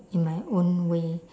in my own way